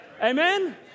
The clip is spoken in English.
Amen